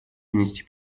внести